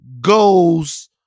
goes